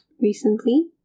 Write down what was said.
recently